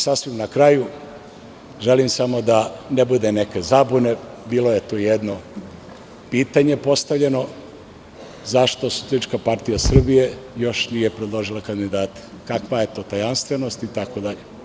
Sasvim na kraju, želim samo da ne bude neke zabune, bilo je tu jedno pitanje postavljeno, zašto SPS još nije predložila kandidate, kakva je to tajanstvenosti, itd?